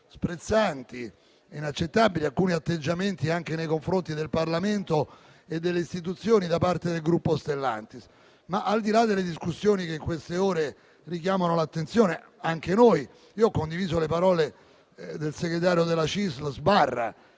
sprezzanti e inaccettabili alcuni atteggiamenti nei confronti del Parlamento e delle istituzioni da parte del gruppo Stellantis, ma al di là delle discussioni che in queste ore richiamano l'attenzione, ho condiviso le parole del segretario della CISL Sbarra,